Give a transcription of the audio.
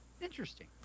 interesting